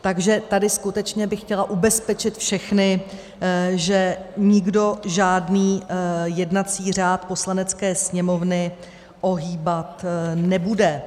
Takže tady skutečně bych chtěla ubezpečit všechny, že nikdo žádný jednací řád Poslanecké sněmovny ohýbat nebude.